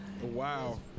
Wow